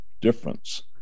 difference